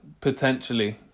potentially